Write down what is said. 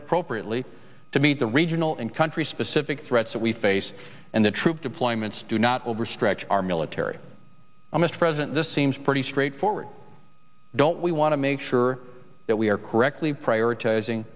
appropriately to meet the regional and country specific threats that we face and the troop deployments do not overstretch our military mr president this seems pretty straightforward don't we want to make sure that we are correctly prioritizing